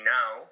now